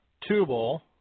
Tubal